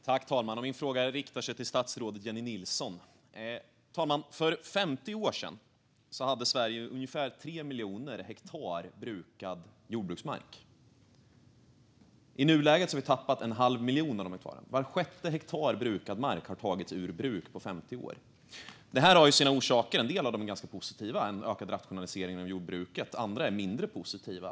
Herr talman! Min fråga riktar sig till statsrådet Jennie Nilsson. För 50 år sedan, herr talman, hade Sverige ungefär 3 miljoner hektar brukad jordbruksmark. I nuläget har vi tappat en halv miljon av dessa hektar. Var sjätte hektar brukad mark har tagits ur bruk på 50 år. Det här har sina orsaker, och en del av dem är ganska positiva, till exempel en ökad rationalisering av jordbruket. Andra är mindre positiva.